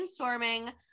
brainstorming